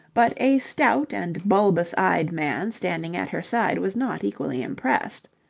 but a stout and bulbous eyed man standing at her side was not equally impressed.